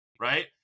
right